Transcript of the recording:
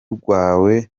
rwawe